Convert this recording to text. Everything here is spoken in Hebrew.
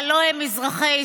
הלוא הם אזרחי ישראל.